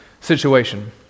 situation